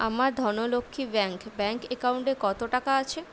আমার Dhanlaxmi bank bank অ্যাকাউন্টে কত টাকা আছে